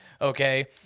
okay